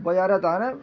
କହିବାରେ ତାରେ